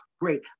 great